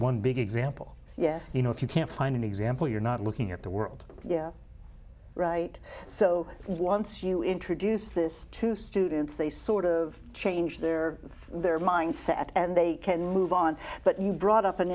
one big example yes you know if you can't find an example you're not looking at the world right so once you introduce this to students they sort of change their their mindset and they can move on but you brought up an